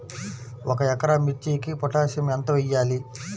ఒక ఎకరా మిర్చీకి పొటాషియం ఎంత వెయ్యాలి?